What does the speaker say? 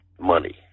money